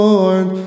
Lord